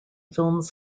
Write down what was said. films